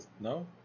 no